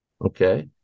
okay